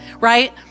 right